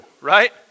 right